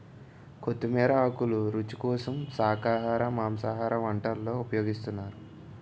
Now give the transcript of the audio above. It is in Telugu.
కొత్తిమీర ఆకులు రుచి కోసం శాఖాహార మాంసాహార వంటల్లో ఉపయోగిస్తున్నారు